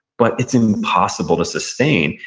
but it's impossible to sustain,